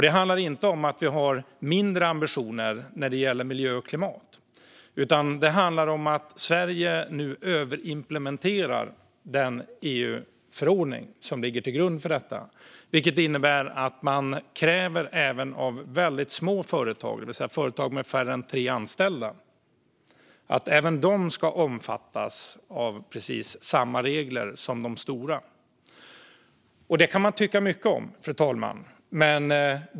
Det handlar inte om att vi har mindre ambitioner när det gäller miljö och klimat, utan det handlar om att Sverige nu överimplementerar den EU-förordning som ligger till grund för detta. Det innebär att även väldigt små företag, det vill säga företag med färre än tre anställda, kommer att omfattas av precis samma regler som de stora. Det kan man tycka mycket om, fru talman.